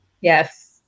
Yes